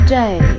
day